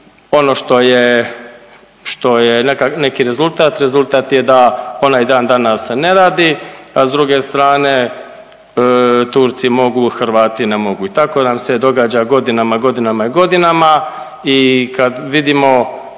je, što je neki rezultat, rezultat je da ona i dan danas ne radi, a s druge strane Turci mogu, Hrvati ne mogu. I tako nam se događa godinama, godinama i godinama i kad vidimo